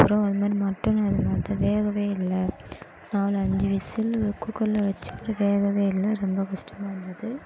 அப்பறம் அது மாதிரி மட்டன் அது மாதிரி தான் வேகவே இல்லை நாலு அஞ்சு விசில் குக்கரில் வச்சு அது வேகவே இல்லை ரொம்ப கஷ்டமா இருந்தது